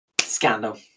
scandal